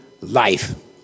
life